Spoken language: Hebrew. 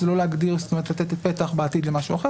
שזה לא לתת פתח בעתיד למשהו אחר.